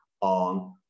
on